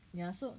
ya sia